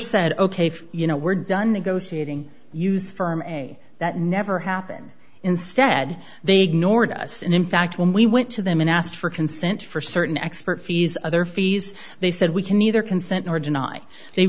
said ok you know we're done negotiating use firm that never happened instead they ignored us and in fact when we went to them and asked for consent for certain expert fees other fees they said we can either consent or